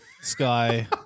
sky